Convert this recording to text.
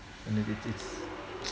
you know it's it's